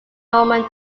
norman